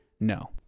No